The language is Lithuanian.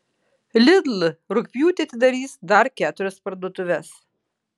lidl rugpjūtį atidarys dar keturias parduotuves